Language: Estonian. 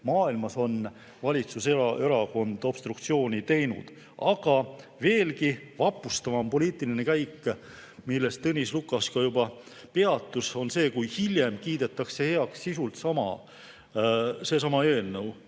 maailmas on valitsuserakond obstruktsiooni teinud. Aga veelgi vapustavam poliitiline käik, millel Tõnis Lukas juba peatus, on see, kui hiljem kiidetakse heaks sisult sama eelnõu.